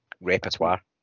repertoire